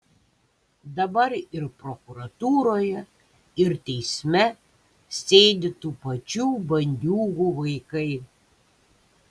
dabar ir prokuratūroje ir teisme sėdi tų pačių bandiūgų vaikai